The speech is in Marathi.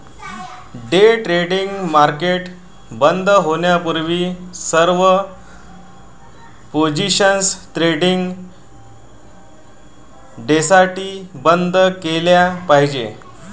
डे ट्रेडिंग मार्केट बंद होण्यापूर्वी सर्व पोझिशन्स ट्रेडिंग डेसाठी बंद केल्या पाहिजेत